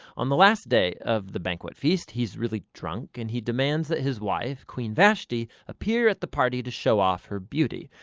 on the last day of the banquet feast, he's really drunk and he demands that his wife queen vashti appear at the party to show off her beauty.